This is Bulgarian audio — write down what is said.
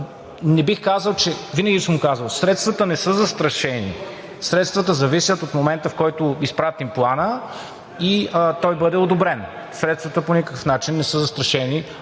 да ги решим. Винаги съм го казвал – средствата не са застрашени, средствата зависят от момента, в който изпратим Плана и той бъде одобрен. Средствата по никакъв начин не са застрашени